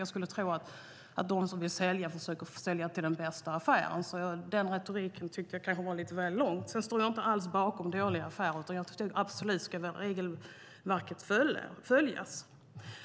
Jag skulle tro att de som vill sälja försöker göra den bästa affären, så den retoriken tycker jag kanske var lite väl låg. Sedan står jag inte alls bakom dåliga affärer, utan jag tycker absolut att regelverket ska följas.